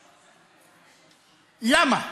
למה?